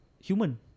Human